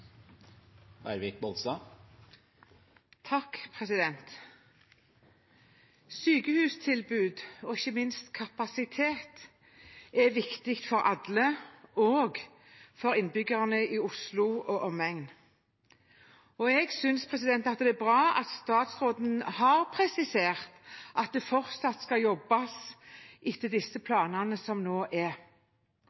viktig for alle, også for innbyggerne i Oslo og omegn. Jeg syns det er bra at statsråden har presisert at det fortsatt skal jobbes etter disse